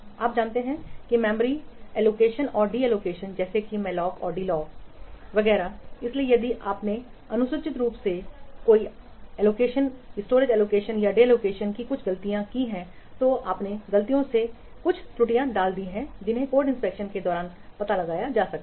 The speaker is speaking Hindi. आप जानते हैं कि मेमोरी आवंटन और डी आवंटन जैसे कि मॉलॉक और डीललॉक वगैरह इसलिए यदि आपने अनुचित रूप से इस भंडारण आवंटन और डी आवंटन या कुछ गलतियों को किया है तो आपने गलती से कुछ त्रुटियां डाल दी हैं जिन्हें कोड निरीक्षण के दौरान भी पता लगाया जा सकता है